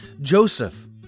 Joseph